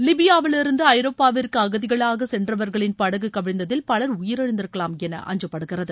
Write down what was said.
லிபியாவிலிருந்து ஐரோப்பாவிற்கு அகதிகளாக சென்றவர்களின் படகு கவிழ்ந்ததில் பலர் உயிரிழந்திருக்கலாம் என அஞ்சப்படுகிறது